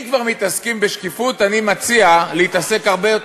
אם כבר מתעסקים בשקיפות, אני מציע להתעסק הרבה,